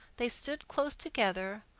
they stood close together,